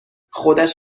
خودش